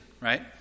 right